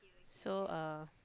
so uh